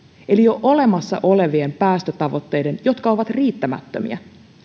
eli tämä esitys on jo olemassa olevien päästötavoitteiden vastainen jotka ovat riittämättömiä